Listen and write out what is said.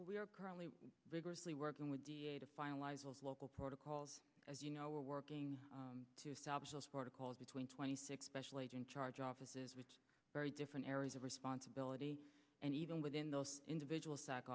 we are currently rigorously working with local protocols as you know we're working to stop those four calls between twenty six special agent charge offices which very different areas of responsibility and even within those individual s